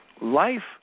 Life